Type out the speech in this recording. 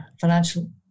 financial